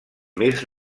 més